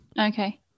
Okay